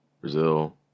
Brazil